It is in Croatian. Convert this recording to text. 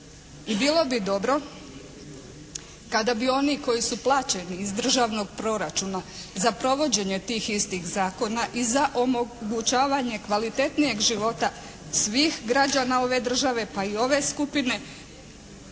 I bilo bi dobro kada bi oni koji su plaćeni iz Državnog proračuna za provođenje tih istih zakona i za omogućavanje kvalitetnijeg života svih građana ove države pa i ove skupine